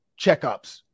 checkups